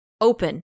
open